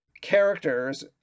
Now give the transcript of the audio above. characters